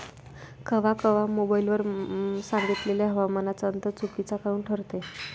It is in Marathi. कवा कवा मोबाईल वर सांगितलेला हवामानाचा अंदाज चुकीचा काऊन ठरते?